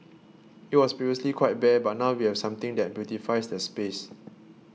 it was previously quite bare but now we have something that beautifies the space